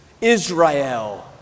Israel